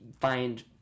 find